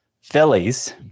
Phillies